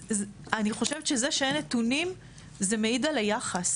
אני חושבת שזה שאין נתונים זה מעיד על היחס